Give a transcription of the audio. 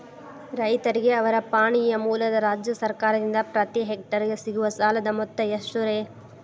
ರೈತರಿಗೆ ಅವರ ಪಾಣಿಯ ಮೂಲಕ ರಾಜ್ಯ ಸರ್ಕಾರದಿಂದ ಪ್ರತಿ ಹೆಕ್ಟರ್ ಗೆ ಸಿಗುವ ಸಾಲದ ಮೊತ್ತ ಎಷ್ಟು ರೇ?